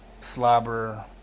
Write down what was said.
slobber